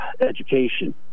education